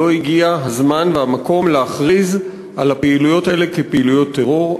לא הגיע הזמן והמקום להכריז על הפעילויות האלה כפעילויות טרור,